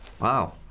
Wow